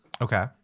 Okay